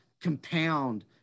compound